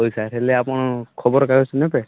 ହଉ ସାର୍ ହେଲେ ଆପଣ ଖବରକାଗଜ ନେବେ